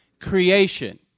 Creation